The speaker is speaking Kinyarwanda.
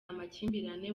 amakimbirane